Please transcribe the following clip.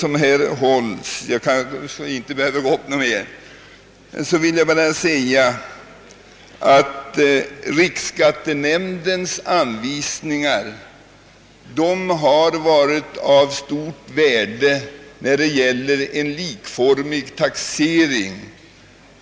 Vidare vill jag framhålla att riksskattenämndens anvisningar har varit av stort värde för att få till stånd en likformig taxering.